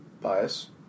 bias